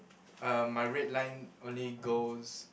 uh my red line only goes